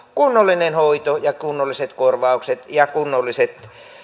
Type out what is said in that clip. kunnollinen hoito ja kunnolliset korvaukset ja kunnolliset